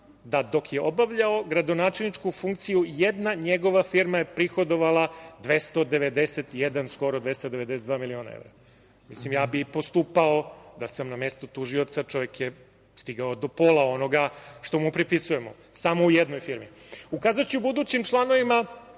da dok je obavljao gradonačelničku funkciju jedan njegova firma je prihodvala 291 skoro 292 miliona evra. Mislim, ja bih i postupao da sam na mestu tužioca, čovek je stigao do pola onoga što mu pripisujemo, samo u jednoj firmi. Ukazaću budućim članovima